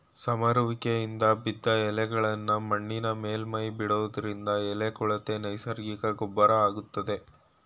ಸಮರುವಿಕೆಯಿಂದ ಬಿದ್ದ್ ಎಲೆಗಳ್ನಾ ಮಣ್ಣಿನ ಮೇಲ್ಮೈಲಿ ಬಿಡೋದ್ರಿಂದ ಎಲೆ ಕೊಳೆತು ನೈಸರ್ಗಿಕ ಗೊಬ್ರ ಆಗ್ತದೆ